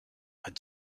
had